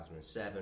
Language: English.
2007